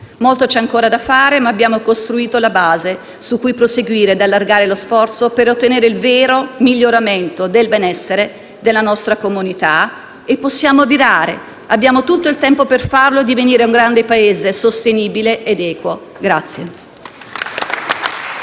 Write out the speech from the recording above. Molto c'è ancora da fare, ma abbiamo costruito la base su cui proseguire ed allargare lo sforzo, per ottenere il vero miglioramento del benessere della nostra comunità. Possiamo virare, abbiamo tutto il tempo per farlo e divenire un grande Paese sostenibile ed equo.